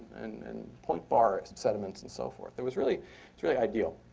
and point bar, and sediments, and so forth. it was really really ideal.